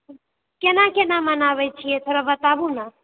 केना केना मनाबए छिऐ थोड़ा बताबु ने